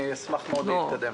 אשמח מאוד להתקדם.